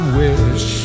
wish